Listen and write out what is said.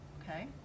Okay